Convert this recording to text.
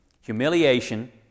humiliation